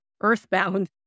earthbound